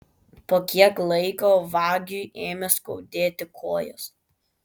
po kiek laiko vagiui ėmė skaudėti kojas